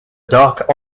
dark